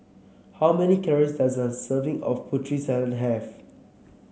how many calories does a serving of Putri Salad have